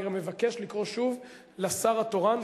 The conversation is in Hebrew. אני גם מבקש לקרוא שוב לשר התורן,